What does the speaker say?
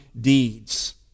deeds